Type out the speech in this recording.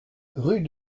rue